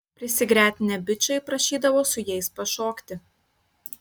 prisigretinę bičai prašydavo su jais pašokti